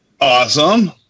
Awesome